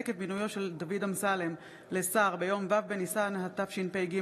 עקב מינויו של דוד אמסלם לשר ביום ו' בניסן התשפ"ג,